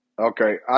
Okay